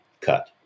Cut